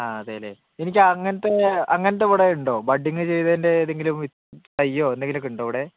ആ അതെയല്ലെ എനിക്കങ്ങനത്തെ അങ്ങനത്തെ ഇവിടെ ഉണ്ടോ ബഡ്ഡിങ്ങ് ചെയ്തതിൻ്റെ എതെങ്കിലും വിത്ത് തൈയോ എന്തെങ്കിലുമൊക്കെ ഉണ്ടോ ഇവിടെ